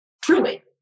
Truly